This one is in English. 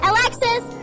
Alexis